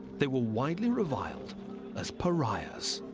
they were widely reviled as pariahs.